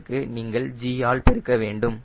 இதற்கு நீங்கள் g ஆல் பெருக்க வேண்டும்